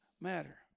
matter